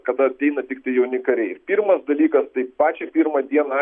kada ateina tiktai jauni kariai pirmas dalykas tai pačią pirmą dieną